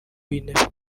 w’intebe